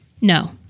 No